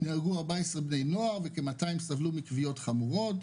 נהרגו 14 בני נוער וכ-200 סבלו מכוויות חמורות.